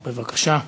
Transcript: בבקשה.